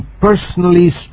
personally